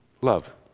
Love